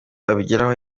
abigeraho